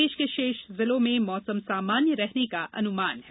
प्रदेश के शेष जिलों में मौसम सामान्य रहने का अनुमान है